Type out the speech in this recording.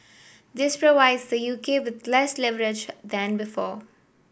this provides the U K with less leverage than before